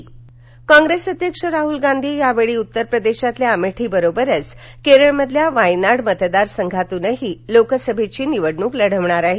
राहूल गांधी कॉप्रेस अध्यक्ष राहूल गांधी यावेळी उत्तरप्रदेशातील अमेठी बरोबरच केरळमधील वायनाड मतदारसंघातूनही लोकसभेची निवडणूक लढणार आहेत